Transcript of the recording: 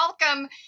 Welcome